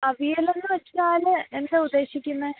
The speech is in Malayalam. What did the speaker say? അവിയലെന്നുവെച്ചാല് എന്താണ് ഉദ്ദേശിക്കുന്നത്